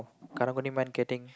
karang-guni man getting